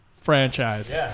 franchise